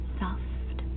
soft